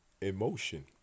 emotion